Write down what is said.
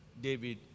David